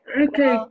okay